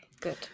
Good